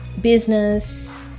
business